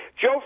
Joe